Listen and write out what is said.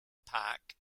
park